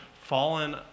fallen